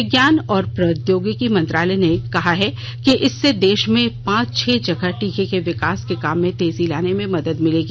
विज्ञान और प्रौद्योगिकी मंत्रालय ने कहा है कि इससे देश में पांच छह जगह टीके के विकास के काम में तेजी लाने में मदद मिलेगी